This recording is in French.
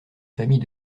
famille